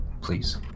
please